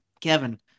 Kevin